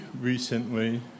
recently